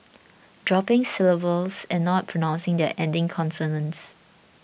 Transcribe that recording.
dropping syllables and not pronouncing their ending consonants